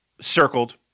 circled